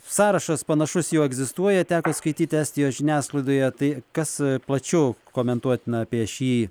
sąrašas panašus jau egzistuoja teko skaityti estijos žiniasklaidoje tai kas plačiau komentuotina apie šį